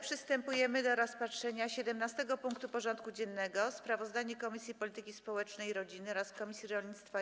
Przystępujemy do rozpatrzenia punktu 17. porządku dziennego: Sprawozdanie Komisji Polityki Społecznej i Rodziny oraz Komisji Rolnictwa i